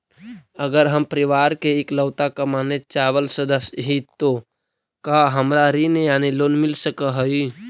अगर हम परिवार के इकलौता कमाने चावल सदस्य ही तो का हमरा ऋण यानी लोन मिल सक हई?